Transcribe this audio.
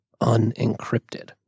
unencrypted